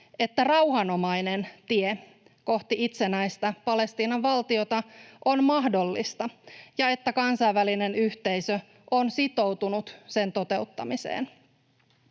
että rauhanomainen tie kohti itsenäistä Palestiinan valtiota on mahdollista ja että kansainvälinen yhteisö on sitoutunut sen toteuttamiseen.